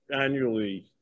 annually